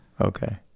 Okay